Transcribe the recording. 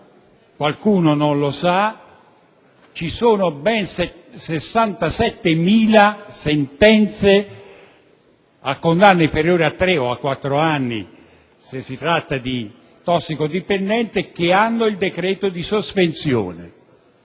qualcuno non lo sa, ci sono ben 67.000 sentenze a condanne inferiori a tre o quattro anni, se si tratta di tossicodipendenti, che hanno il decreto di sospensione